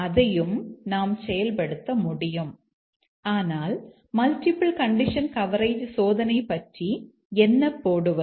அதையும் நாம் செயல்படுத்த முடியும் ஆனால் மல்டிபிள் கண்டிஷன் கவரேஜ் சோதனை பற்றி என்ன போடுவது